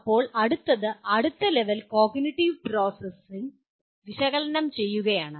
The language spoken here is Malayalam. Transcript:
ഇപ്പോൾ അടുത്തത് അടുത്ത ലെവൽ കോഗ്നിറ്റീവ് പ്രോസസ്സ് വിശകലനം ചെയ്യുകയാണ്